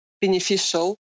beneficial